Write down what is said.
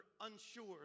unsure